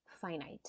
finite